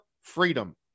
freedom